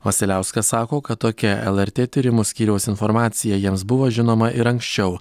vasiliauskas sako kad tokia lrt tyrimų skyriaus informacija jiems buvo žinoma ir anksčiau